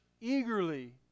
eagerly